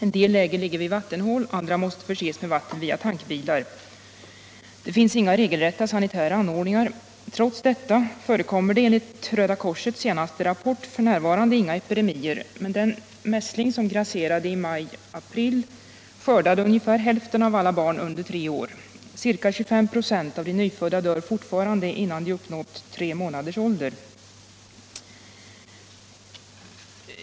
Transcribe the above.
En del läger ligger vid vattenhål, andra måste förses med vatten via tankbilar. Det finns inga regelrätta sanitära anordningar. Trots detta förekommer det, enligt Röda korsets senaste rapport, f. n. inga epidemier, men den mässling som grasserade i april-maj skördade ungefär hälften av alla barn under tre år. Ca 25 26 av de nyfödda dör fortfarande innan de uppnått tre månaders ålder.